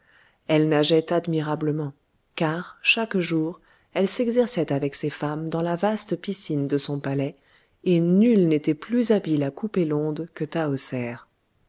elle nageait admirablement car chaque jour elle s'exerçait avec ses femmes dans la vaste piscine de son palais et nulle n'était plus habile à couper l'onde que